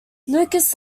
lucas